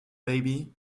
baby